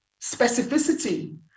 specificity